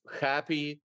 happy